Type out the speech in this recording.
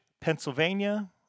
Pennsylvania